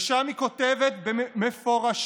ושם היא כותבת מפורשות,